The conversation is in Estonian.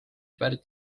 pärit